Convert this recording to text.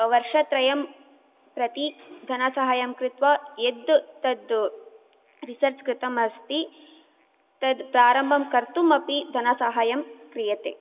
वर्षत्रयं प्रति धनसहाय्यं कृत्वा यत् तत् रीसर्च् कृतम् अस्ति तत् प्रारम्भं कर्तुमपि धनसहाय्यं क्रियते